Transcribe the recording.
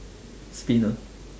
spinner